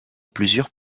plusieurs